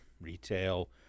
retail